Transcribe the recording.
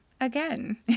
again